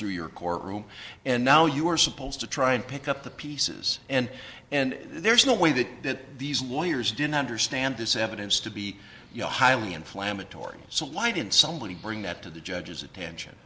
through your courtroom and now you are supposed to try and pick up the pieces and and there's no way that that these lawyers didn't understand this evidence to be you know highly inflammatory so why didn't somebody bring that to the judge's